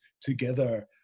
together